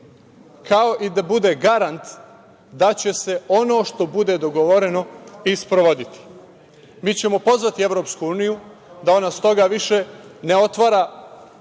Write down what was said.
kao i da bude garant da će se ono što bude dogovoreno i sprovoditi. Mi ćemo pozvati Evropsku uniju da ona stoga više ne otvara